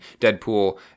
Deadpool